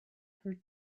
her